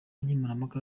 nkemurampaka